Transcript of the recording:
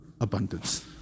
abundance